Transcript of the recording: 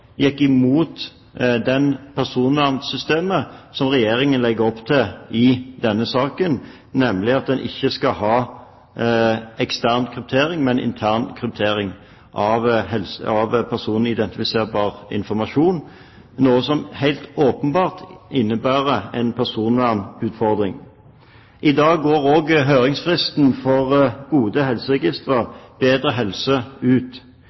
gikk imot det personvernsystemet som Regjeringen legger opp i denne saken, nemlig at en ikke skal ha ekstern kryptering, men intern kryptering av personidentifiserbar informasjon, noe som helt åpenbart innebærer en personvernutfordring. I dag går høringsfristen for «Gode helseregistre – bedre helse» ut.